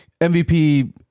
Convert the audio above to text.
MVP